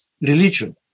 religion